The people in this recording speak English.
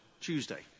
Tuesday